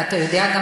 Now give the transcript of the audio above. ואתה גם יודע,